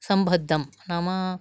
सम्बद्धं नाम